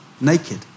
naked